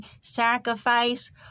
sacrifice